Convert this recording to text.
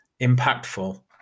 impactful